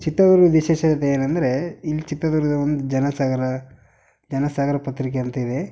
ಚಿತ್ರದುರ್ಗದ ವಿಶೇಷತೆ ಏನಂದರೆ ಇಲ್ಲಿ ಚಿತ್ರದುರ್ಗದ ಒಂದು ಜನಸಾಗರ ಜನಸಾಗರ ಪತ್ರಿಕೆ ಅಂತೇಳಿ